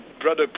Brother